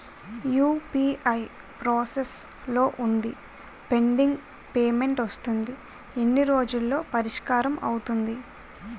UPI process లో వుంది pending payment వస్తుంది ఎన్ని రోజుల్లో పరిష్కారం అవుతుంది